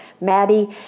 Maddie